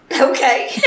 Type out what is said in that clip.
Okay